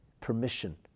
Permission